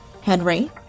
Henry